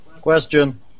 Question